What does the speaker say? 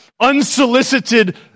unsolicited